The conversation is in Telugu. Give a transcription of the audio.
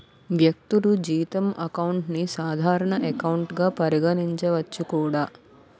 వ్యక్తులు జీతం అకౌంట్ ని సాధారణ ఎకౌంట్ గా పరిగణించవచ్చు కూడా